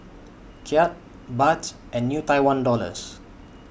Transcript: Kyat Baht and New Tie one Dollars